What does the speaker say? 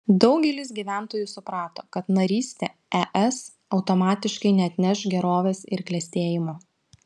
daugelis gyventojų suprato kad narystė es automatiškai neatneš gerovės ir klestėjimo